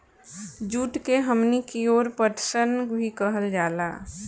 जुट के हमनी कियोर पटसन भी कहल जाला